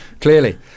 Clearly